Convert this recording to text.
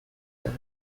دارم